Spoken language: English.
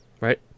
Right